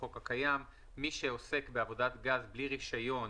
מי שעוסק בעבודת גז בלי רישיון,